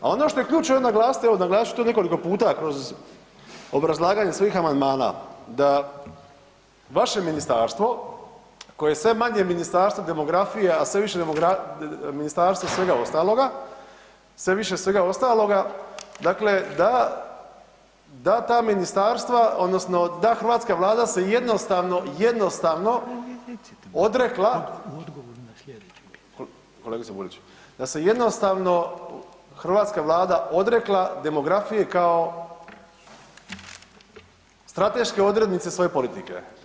A ono što je ključno je, naglasiti, evo naglasit ću to nekoliko puta kroz obrazlaganje svojih amandmana da vaše ministarstvo koje je sve manje Ministarstvo demografije, a sve više ministarstvo svega ostaloga, sve više svega ostaloga, dakle da ta ministarstva odnosno da hrvatska Vlada se jednostavno, jednostavno odrekla, kolegice ... da se jednostavno hrvatska Vlada odrekla demografije kao strateške odrednice svoje politike.